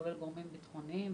כולל גורמים ביטחוניים,